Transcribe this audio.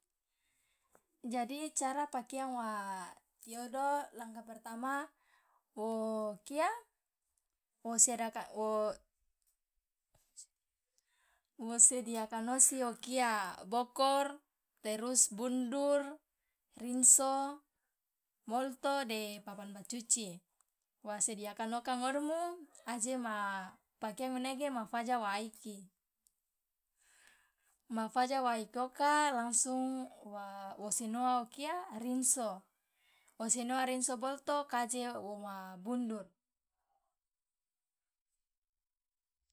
jadi cara pakiang wa tiodo langka pertama wo kia wosiodaka wosediakan osi okia bokor terus bundur rinso molto de papan bacuci wa sediakana oka ngodumu aje ma pakeang manege ma faja wa aiki ma faja waikoka langsung wa wosi noa okia rinso boloto kaje woma bundur.